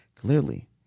Clearly